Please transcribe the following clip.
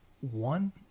one